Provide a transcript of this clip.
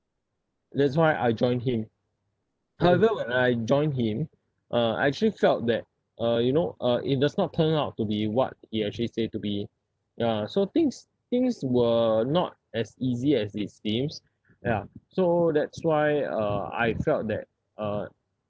that's why I join him however when I join him uh I actually felt that uh you know uh it does not turn out to be what he actually say to me ya so things things were not as easy as it seems ya so that's why uh I felt that uh